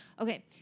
Okay